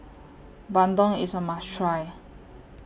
Bandung IS A must Try